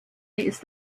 ist